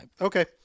Okay